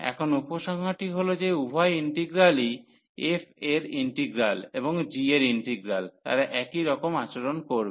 এখন উপসংহারটি হল যে উভয় ইন্টিগ্রালই f এর ইন্টিগ্রাল এবং g এর ইন্টিগ্রাল তারা একই রকম আচরণ করবে